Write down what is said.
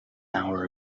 hour